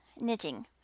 knitting